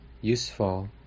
useful